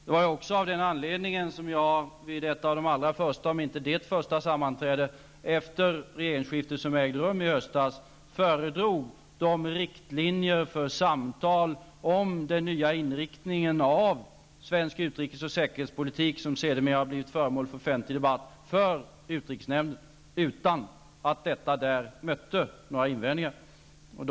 Det var också av den anledningen som jag vid ett av de allra första sammanträdena med utrikesnämnden, om inte det första sammanträdet som ägde rum efter regeringsskiftet i höstas, föredrog de riktlinjer för samtal om den nya inriktningen av svensk utrikesoch säkerhetspolitik som sedermera har blivit föremål för offentlig debatt. Jag gjorde detta utan att det mötte några invändningar inom utrikesnämnden.